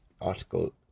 article